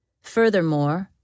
Furthermore